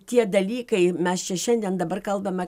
tie dalykai mes čia šiandien dabar kalbame